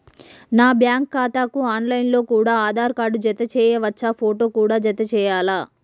నా బ్యాంకు ఖాతాకు ఆన్ లైన్ లో కూడా ఆధార్ కార్డు జత చేయవచ్చా ఫోటో కూడా జత చేయాలా?